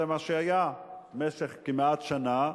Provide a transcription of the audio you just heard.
זה מה שהיה במשך כמעט שנה,